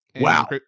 Wow